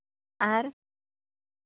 ᱟᱨ